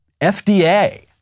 FDA